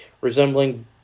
resembling